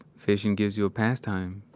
fishing gives you a pastime.